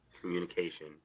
communication